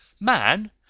Man